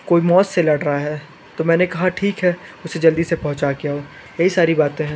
कोइ मौत से लड़ रहा है तो मैंने कहा ठीक है उसे जल्दी से पहुँचा के आओ यही सारी बातें हैं